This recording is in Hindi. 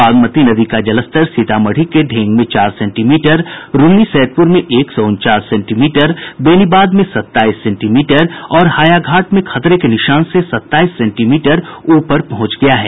बागमती नदी का जलस्तर सीतामढ़ी के ढेंग में चार सेंटीमीटर रून्नीसैदपुर में एक सौ उनचास सेंटीमीटर बेनीबाद में सत्ताईस सेंटीमीटर और हायाघाट में खतरे के निशान से सत्ताईस सेंटीमीटर ऊपर पहुंच गया है